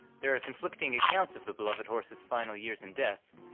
there are conflicting accounts of the beloved horse's final years and death,